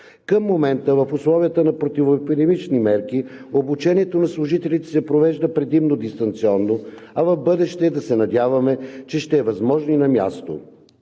Към момента в условията на противоепидемични мерки обучението на служителите се провежда предимно дистанционно, а в бъдеще – да се надяваме, че ще е възможно и на място.